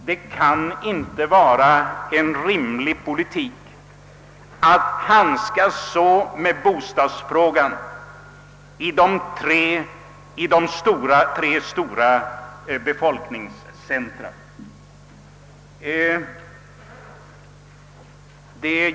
Det kan inte vara en rimlig politik att handskas så med bostadsfrågan i de tre stora befolkningscentra.